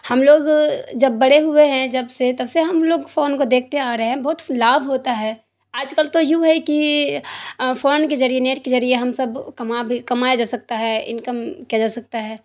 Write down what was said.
ہم لوگ جب بڑے ہوئے ہیں جب سے تب سے ہم لوگ فون کو دیکھتے آ رہے ہیں بہت لابھ ہوتا ہے آج کل تو یوں ہے کہ فون کے ذریعے نیٹ ذریعے ہم سب کما بھی کمایا جا سکتا ہے انکم کیا جا سکتا ہے